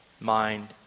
mind